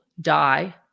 die